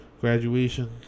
graduation